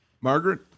Margaret